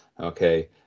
okay